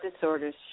disorders